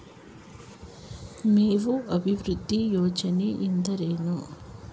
ಮೇವು ಅಭಿವೃದ್ಧಿ ಯೋಜನೆ ಎಂದರೇನು?